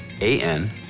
A-N